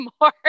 more